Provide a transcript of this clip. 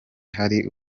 hari